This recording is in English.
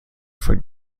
for